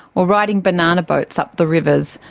or riding banana boats up the rivers,